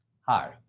Hi